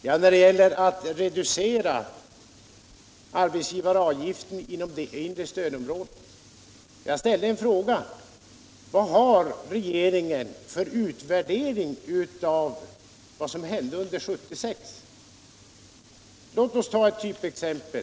På tal om förslaget att reducera arbetsgivaravgiften inom det inre stödområdet har jag ställt frågan vad regeringen har gjort för utvärdering av vad som hände 1976. Låt oss ta ett typexempel.